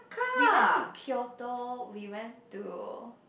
we went to Kyoto we went to